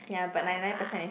ya but ninety nine percent is